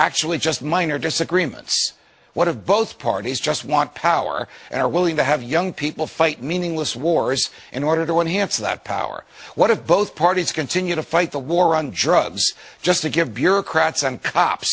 actually just minor disagreements what of both parties just want power and are willing to have young people fight meaningless wars in order to enhance that power what have both parties continue to fight the war on drugs just to give bureaucrats and cops